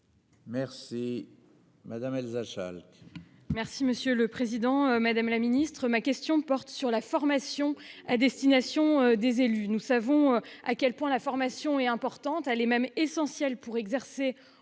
Merci. Madame Elsa Schalke.